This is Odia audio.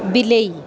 ବିଲେଇ